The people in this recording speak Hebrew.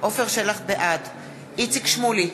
בעד איציק שמולי,